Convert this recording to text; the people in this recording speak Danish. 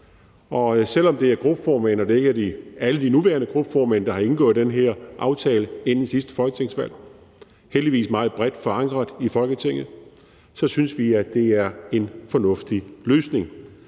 og selv om det er gruppeformænd og ikke alle de nuværende gruppeformand, der har indgået den her aftale inden sidste folketingsvalg, men heldigvis meget bredt forankret i Folketinget, så synes vi, det er en fornuftig løsning,